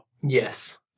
Yes